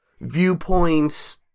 viewpoints